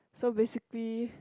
so basically